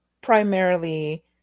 primarily